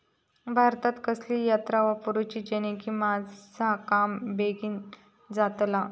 भातात कसली यांत्रा वापरुची जेनेकी माझा काम बेगीन जातला?